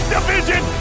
Division